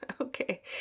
Okay